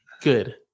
good